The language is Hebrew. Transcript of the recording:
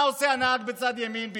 מה עושה הנהג בצד ימין,